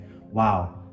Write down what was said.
wow